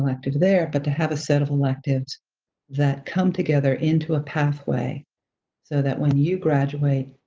elective there, but to have a set of electives that come together into a pathway so that when you graduate,